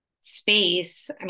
space